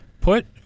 put